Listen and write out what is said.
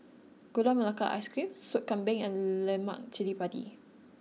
Gula Melaka Ice Cream Soup Kambing and Lemak Cili Padi